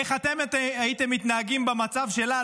איך אתם הייתם מתנהגים במצב שלה,